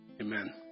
Amen